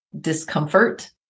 discomfort